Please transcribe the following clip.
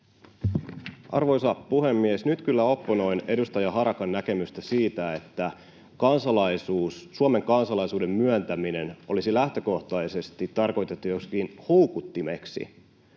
Arvoisa puhemies! Nyt kyllä opponoin edustaja Harakan näkemystä siitä, että kansalaisuus, Suomen kansalaisuuden myöntäminen, olisi lähtökohtaisesti tarkoitettu joksikin houkuttimeksi.